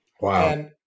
Wow